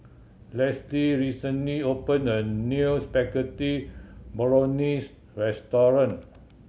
Lesli recently opened a new Spaghetti Bolognese restaurant